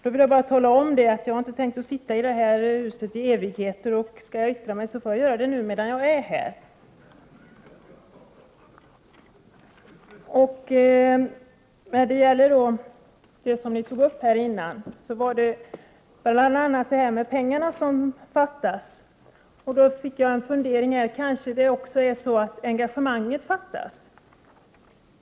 Då vill jag bara göra den kommentaren att jaginte har tänkt sitta i det här huset i evigheter, och skall jag yttra mig så får jag göra det nu medan jag är här. Det talades tidigare bl.a. om pengarna som fattas. Då gjorde jag reflexionen att det kanske också är så att engagemanget fattas.